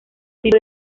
tipo